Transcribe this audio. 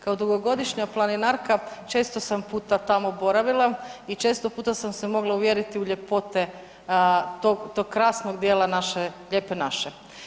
Kao dugogodišnja planinarka često sam puta tamo boravila i često puta sam se mogla uvjeriti u ljepote tog krasnog dijela naše lijepe naše.